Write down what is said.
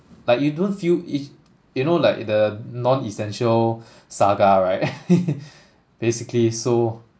like you don't feel it you know like the non-essential saga right basically so